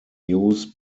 use